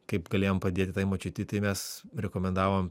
kaip galėjom padėti močiutei tai mes rekomendavom